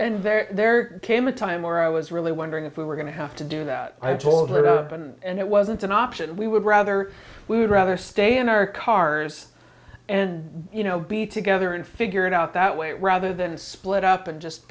there there came a time where i was really wondering if we were going to have to do that i told her husband and it wasn't an option we would rather we would rather stay in our cars and you know be together and figure it out that way rather than split up and just